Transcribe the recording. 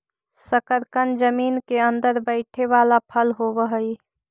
शकरकन जमीन केअंदर बईथे बला फल होब हई